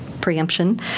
preemption